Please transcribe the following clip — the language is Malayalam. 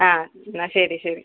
ആ എന്നാൽ ശരി ശരി